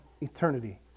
eternity